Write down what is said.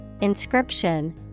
inscription